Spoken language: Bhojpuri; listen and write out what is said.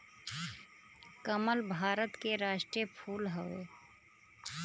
कमल भारत के राष्ट्रीय फूल हवे